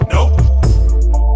Nope